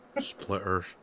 Splitters